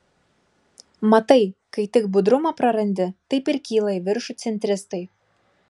matai kai tik budrumą prarandi taip ir kyla į viršų centristai